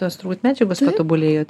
tos turbūt medžiagos patobulėjot